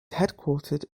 headquartered